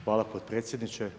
Hvala potpredsjedniče.